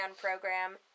program